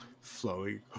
flowing